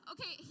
Okay